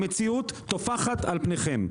המציאות טופחת על פניכם,